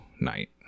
night